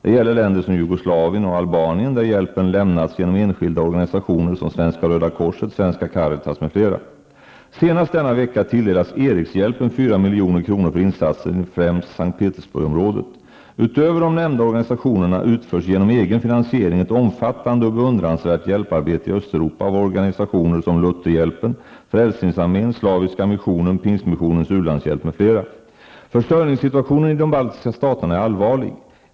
Det gäller länder som Jugoslavien och Albanien där hjälpen lämnats genom enskilda organisationer som Svenska röda korset, Svenska Caritas m.fl. milj.kr. för insatser i främst S:t Petersburgområdet. Utöver de nämnda organisationerna utförs genom egen finansiering ett omfattande och beundransvärt hjälparbete i Östeuropa av organisationer som Lutherhjälpen, Försörjningssituationen i de baltiska staterna är allvarlig.